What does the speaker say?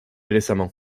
récemment